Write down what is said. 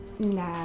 nah